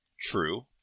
True